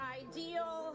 ideal